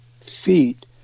feet